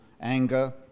anger